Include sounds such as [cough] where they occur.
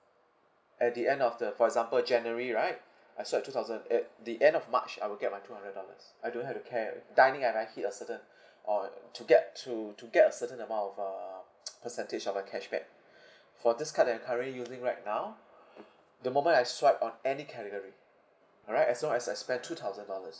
at the end of the for example january right [breath] I swiped two thousand at the end of march I'll get my two hundred dollars I don't have to care dining have I hit a certain [breath] uh to get to to get a certain amount of uh percentage of a cashback [breath] for this card that I'm currently using right now [breath] the moment I swiped on any category alright as long as I spent two thousand dollars